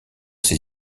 ces